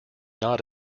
not